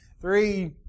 three